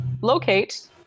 locate